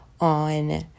on